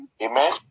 amen